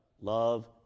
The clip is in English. Love